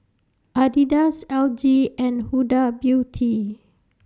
Adidas L G and Huda Beauty